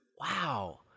Wow